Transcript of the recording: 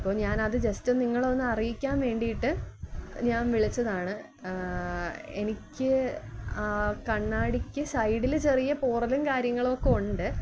അപ്പോള് ഞാനത് ജസ്റ്റ് നിങ്ങളെ ഒന്ന് അറിയിക്കാന് വേണ്ടിയിട്ട് ഞാന് വിളിച്ചതാണ് എനിക്ക് ആ കണ്ണാടിക്ക് സൈഡില് ചെറിയ പോറലും കാര്യങ്ങളുമൊക്കെ ഉണ്ട്